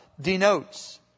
denotes